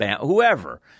whoever